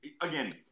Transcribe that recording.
again